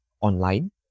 online